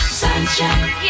sunshine